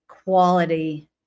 quality